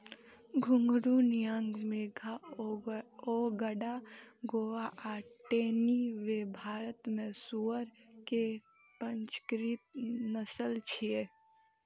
घूंघरू, नियांग मेघा, अगोंडा गोवा आ टेनी वो भारत मे सुअर के पंजीकृत नस्ल छियै